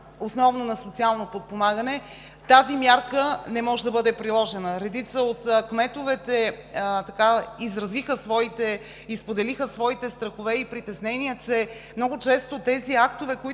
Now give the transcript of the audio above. основно на социално подпомагане, тази мярка не може да бъде приложена. Редица от кметовете изразиха и споделиха своите страхове и притеснения, че много често актовете,